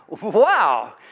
Wow